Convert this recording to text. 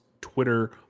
Twitter